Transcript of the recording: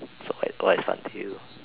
so wait what is fun to you